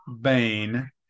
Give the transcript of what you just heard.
Bane